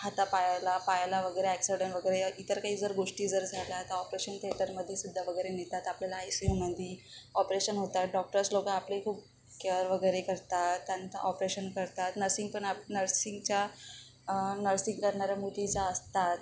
हातापायला पायाला वगैरे ॲक्सिडेंट वगैरे इतर काही जर गोष्टी जर झाल्या तर ऑपरेशन थेटरमध्ये सुद्धा वगैरे नेतात आपल्याला आय सी यूमध्ये ऑपरेशन होतात डॉक्टर्स लोक आपले खूप केअर वगैरे करतात त्यानंतर ऑपरेशन करतात नर्सिंग पण आप नर्सिंगच्या नर्सिंग करणाऱ्या मुली ज्या असतात